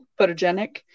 photogenic